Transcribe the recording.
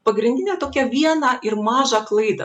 pagrindinę tokią vieną ir mažą klaidą